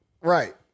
right